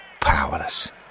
powerless